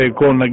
con